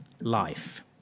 life